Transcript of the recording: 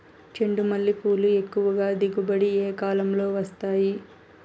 చెండుమల్లి పూలు ఎక్కువగా దిగుబడి ఏ కాలంలో వస్తాయి